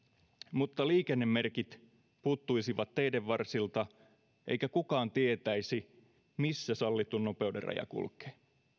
mutta liikennemerkit puuttuisivat teiden varsilta eikä kukaan tietäisi missä sallitun nopeuden raja kulkee